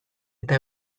eta